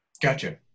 Gotcha